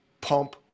pump